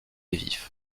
vif